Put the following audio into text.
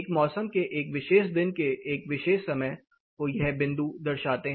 एक मौसम के एक विशेष दिन के एक विशेष समय को यह बिंदु दर्शाते हैं